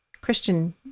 Christian